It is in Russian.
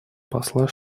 посла